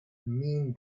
mean